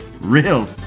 real